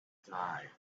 die